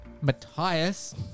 Matthias